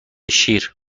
شیر